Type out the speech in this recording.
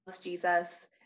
Jesus